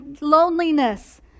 loneliness